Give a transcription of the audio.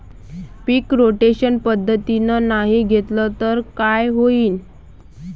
पीक rotation पद्धतीनं नाही घेतलं तर काय होईन?